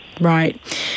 Right